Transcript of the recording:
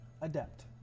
adept